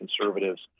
conservatives